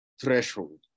threshold